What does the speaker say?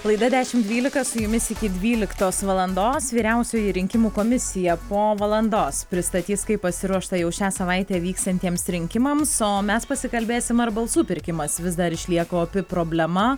laida dešimt dvylika su jumis iki dvyliktos valandos vyriausioji rinkimų komisija po valandos pristatys kaip pasiruošta jau šią savaitę vyksiantiems rinkimams o mes pasikalbėsim ar balsų pirkimas vis dar išlieka opi problema